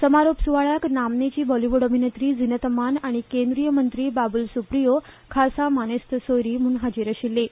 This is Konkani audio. समारोप सुवाळ्याक नामनेची बॉलिवूड अभिनेत्री झिनत अमान आनी केंद्रीय मंत्री बाबूल सुप्रियो खासा मानेस्त सोयरीं म्हण आशिल्लीं